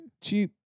cheap